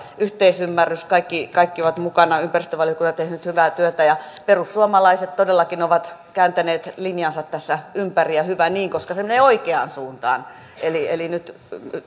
yhteisymmärrys kaikki kaikki ovat mukana ympäristövaliokunta on tehnyt hyvää työtä ja perussuomalaiset todellakin ovat kääntäneet linjansa tässä ympäri ja hyvä niin koska se menee oikeaan suuntaan eli eli nyt